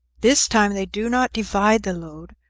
this time they do not divide the load,